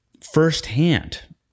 firsthand